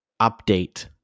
update